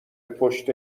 پشت